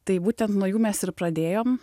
tai būtent nuo jų mes ir pradėjom